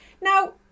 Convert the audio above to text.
Now